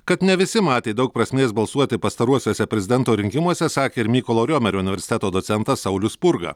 kad ne visi matė daug prasmės balsuoti pastaruosiuose prezidento rinkimuose sakė ir mykolo riomerio universiteto docentas saulius spurga